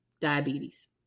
diabetes